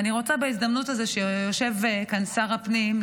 ואני רוצה בהזדמנות הזאת שיושב כאן שר הפנים,